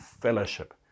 fellowship